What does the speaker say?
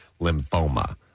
lymphoma